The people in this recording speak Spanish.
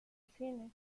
cine